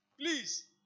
please